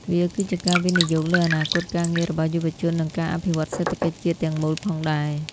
វាគឺជាការវិនិយោគលើអនាគតការងាររបស់យុវជននិងការអភិវឌ្ឍសេដ្ឋកិច្ចជាតិទាំងមូលផងដែរ។